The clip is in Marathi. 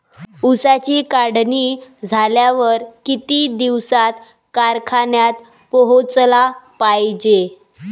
ऊसाची काढणी झाल्यावर किती दिवसात कारखान्यात पोहोचला पायजे?